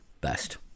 best